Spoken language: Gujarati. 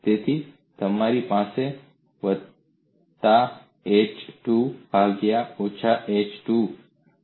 તેથી તમારી પાસે વત્તા h 2 ભાગ્યા અને ઓછા h 2 છે